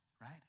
right